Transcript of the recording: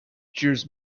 cheers